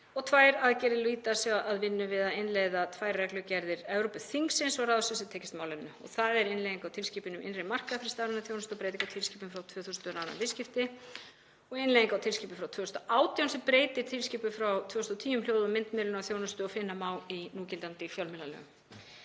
Tvær aðgerðir lúta síðan að vinnu við að innleiða tvær reglugerðir Evrópuþingsins og ráðsins sem tengjast málinu. Það er innleiðing á tilskipun um innri markað fyrir stafræna þjónustu og breytingu á tilskipun frá 2000 um rafræn viðskipti og innleiðing á tilskipun frá 2018 sem breytir tilskipun frá 2010 um hljóð- og myndmiðlunarþjónustu og finna má í núgildandi fjölmiðlalögum.